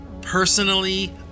personally